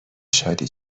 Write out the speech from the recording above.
شادی